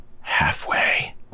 Halfway